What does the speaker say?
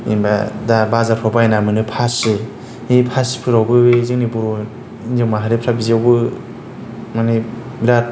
जेनेबा जोंहा बाजारफोराव बायना मोनो फासि बे फासिफोरावबो बै जोंनि बर' हिन्जाव माहारिफोरा बिदियावबो माने बिराद